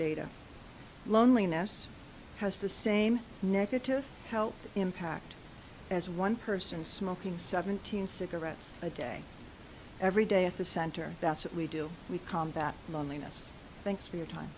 data loneliness has the same negative health impact as one person smoking seventeen cigarettes a day every day at the center that's what we do we call that loneliness thanks for your time